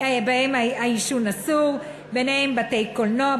וביניהם בתי-קולנוע,